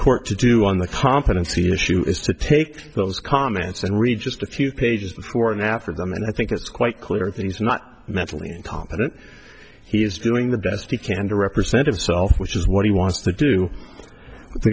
court to do on the competency issue is to take those comments and read just a few pages before and after them and i think it's quite clear things are not mentally competent he is doing the best he can to represent itself which is what he wants to do